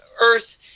Earth